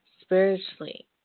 spiritually